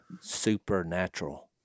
Supernatural